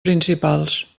principals